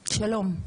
שלום.